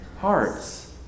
hearts